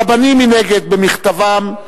הרבנים, מנגד, במכתבם,